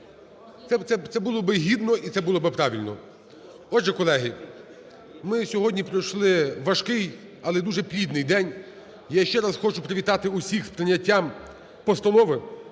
Це було б гідно і це було б правильно. Отже, колеги, ми сьогодні пройшли важкий, але дуже плідний день. Я ще раз хочу привітати з прийняттям Постанови